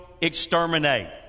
exterminate